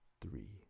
three